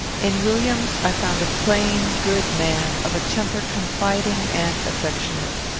in williams i found a plain, good man, of a temper confiding and affectionate.